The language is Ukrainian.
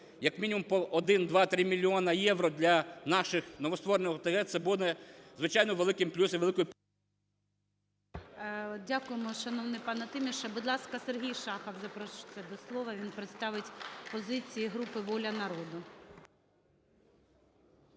як мінімум 1-2-3 мільйона євро для наших новостворених ОТГ, це буде, звичайно, великим плюсом і великою… ГОЛОВУЮЧИЙ. Дякуємо, шановний пане Тіміш. Будь ласка, Сергій Шахов запрошується до слова. Він представить позицію групи "Воля народу".